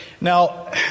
now